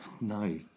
no